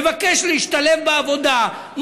מבקש להשתלב בעבודה,